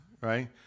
right